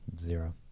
Zero